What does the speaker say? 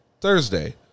Thursday